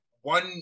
one